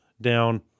down